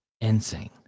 insane